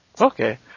Okay